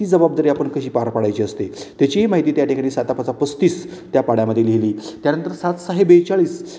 ती जबाबदारी आपण कशी पार पाडायची असते त्याचीही माहिती त्या ठिकाणी साता पाचा पस्तीस त्या पाढ्यामध्ये लिहिली त्यानंतर सात साहेे बेचाळीस